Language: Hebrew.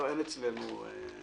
אין מחלוקת על הסנקציה.